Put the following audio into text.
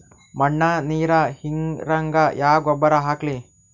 ಮಣ್ಣ ನೀರ ಹೀರಂಗ ಯಾ ಗೊಬ್ಬರ ಹಾಕ್ಲಿ?